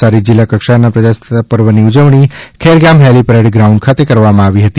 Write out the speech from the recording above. નવસારી જીલ્લા કક્ષાના પ્રજાસત્તાક પર્વની ઉજવણી ખેર ગામ હેલિપેડ ગ્રાઉન્ડ ખાતે કરવામાં આવી હતી